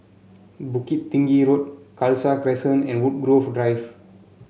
Bukit Tinggi Road Khalsa Crescent and Woodgrove Drive